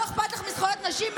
לא אכפת לך מזכויות נשים,